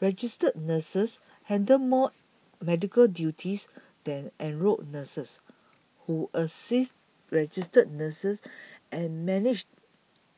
registered nurses handle more medical duties than enrolled nurses who assist registered nurses and manage